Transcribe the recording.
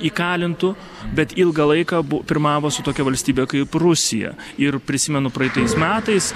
įkalintų bet ilgą laiką bu pirmavo su tokia valstybe kaip rusija ir prisimenu praeitais metais